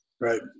right